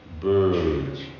birds